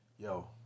Yo